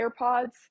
AirPods